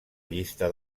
llista